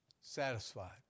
satisfied